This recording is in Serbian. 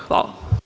Hvala.